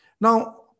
now